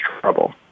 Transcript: trouble